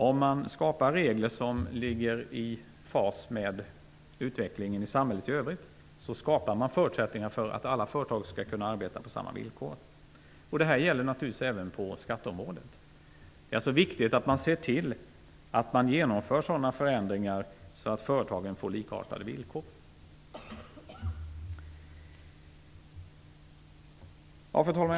Om man skapar regler som ligger i fas med utvecklingen i samhället i övrigt skapas förutsättningar för att alla företag skall kunna arbeta på samma villkor. Detta gäller naturligtvis även på skatteområdet. Det är alltså viktigt att man ser till att genomföra sådana förändringar att företagen får likartade villkor. Fru talman!